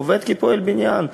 עובד כפועל בניין.